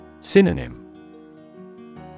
Synonym